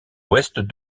ouest